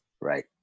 Right